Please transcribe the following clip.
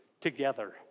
together